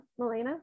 Melena